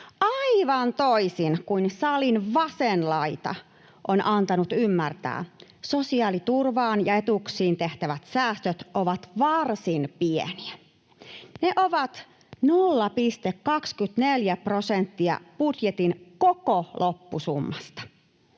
Aivan toisin kuin salin vasen laita on antanut ymmärtää, sosiaaliturvaan ja -etuuksiin tehtävät säästöt ovat varsin pieniä. Ne ovat 0,24 prosenttia budjetin koko loppusummasta.